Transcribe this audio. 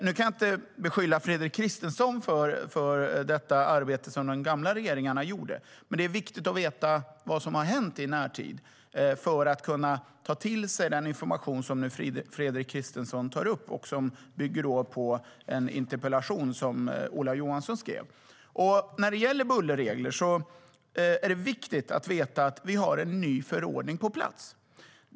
Jag kan inte beskylla Fredrik Christensson för det arbete som de gamla regeringarna gjorde, men det är viktigt att veta vad som har hänt i närtid för att kunna ta till sig den information som Fredrik Christensson tar upp och som bygger på en interpellation som Ola Johansson har skrivit. När det gäller bullerregler är det viktigt att veta att vi har en ny förordning på plats.